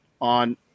on